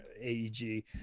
AEG